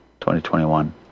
2021